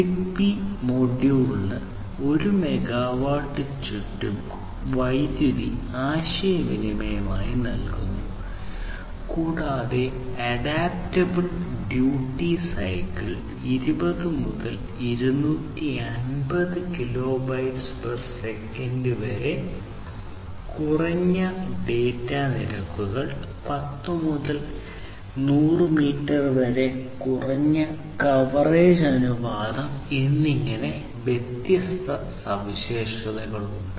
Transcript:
Zigbee മൊഡ്യൂളിന് 1 മെഗാവാട്ടിന് ചുറ്റും കുറഞ്ഞ വൈദ്യുതി ആശയവിനിമയം നൽകുന്നു കൂടാതെ അഡാപ്റ്റബിൾ ഡ്യൂട്ടി സൈക്കിൾ 20 മുതൽ 250 Kbps വരെ കുറഞ്ഞ ഡാറ്റ നിരക്കുകൾ 10 മുതൽ 100 മീറ്റർ വരെ കുറഞ്ഞ കവറേജ് അനുപാതം എന്നിങ്ങനെ വ്യത്യസ്ത സവിശേഷതകളുണ്ട്